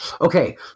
Okay